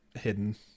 hidden